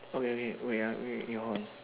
okay okay wait ah wait you hold on